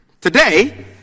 Today